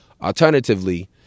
Alternatively